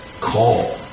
call